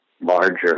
larger